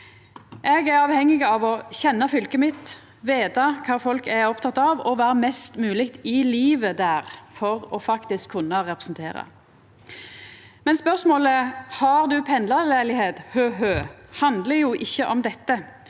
Eg er avhengig av å kjenna fylket mitt, veta kva folk er opptekne av, og vera mest mogleg i livet der for faktisk å kunna representera. Men spørsmålet «har du pendlarleilegheit – hø-hø» handlar jo ikkje om dette.